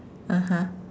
uh-huh